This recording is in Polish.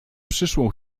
przyszłą